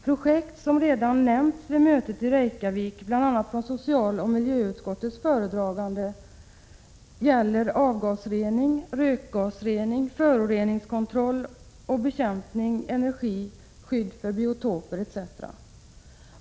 Projekt som redan nämnts vid mötet i Reykjavik, bl.a. av föredraganden i socialoch miljöutskottet, gäller avgasrening, rökgasrening, föroreningskontroll och bekämpning, energin, skydd för biotoper etc.